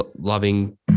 loving